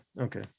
Okay